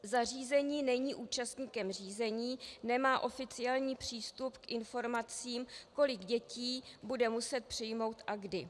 Zařízení není účastníkem řízení, nemá oficiální přístup k informacím, kolik dětí bude muset přijmout a kdy.